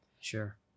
Sure